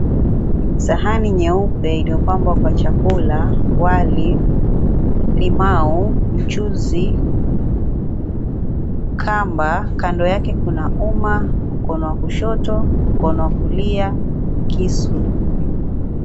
Sahani nyeupe iliyopambwa kwa chakula: wali, limau, mchuzi kamba, kando yake kuna uma mkono wa kushoto, mkono wa kulia kisu.